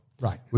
Right